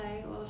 this